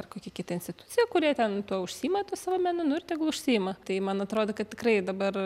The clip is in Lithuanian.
ar kokia kita institucija kurie ten tuo užsiima tuo savo menu nu ir tegul užsiima tai man atrodo kad tikrai dabar